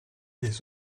des